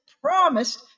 promised